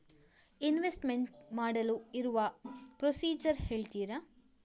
Investment ಮಾಡಲು ಇರುವ procedure ಹೇಳ್ತೀರಾ?